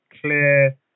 clear